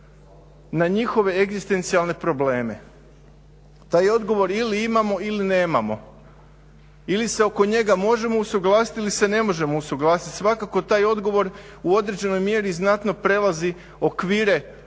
na njihove egzistencijalne probleme. Taj odgovor ili imamo, ili nemamo, ili se oko njega možemo usuglasiti ili se ne možemo usuglasiti. Svakako taj odgovor u određenoj mjeri znatno prelazi okvire